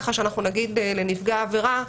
שאנחנו נגיד לנפגע העבירה: